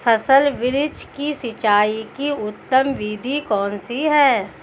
फल वृक्ष की सिंचाई की उत्तम विधि कौन सी है?